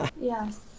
yes